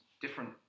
different